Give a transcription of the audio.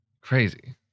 Crazy